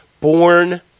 born